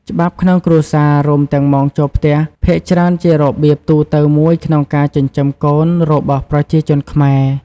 ច្បាប់ក្នុងគ្រួសារ រួមទាំងម៉ោងចូលផ្ទះ ភាគច្រើនជារបៀបទូទៅមួយក្នុងការចិញ្ចឹមកូនរបស់ប្រជាជនខ្មែរ។